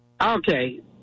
Okay